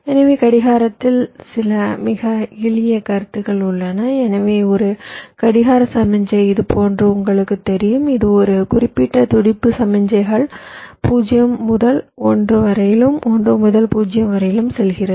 எனவே கடிகாரத்தில் சில மிக எளிய கருத்துக்கள் உள்ளன எனவே ஒரு கடிகார சமிக்ஞை இதுபோன்று உங்களுக்குத் தெரியும் இது ஒரு குறிப்பிட்ட துடிப்பு சமிக்ஞைகள் 0 முதல் 1 வரையிலும் 1 முதல் 0 வரையிலும் செல்கிறது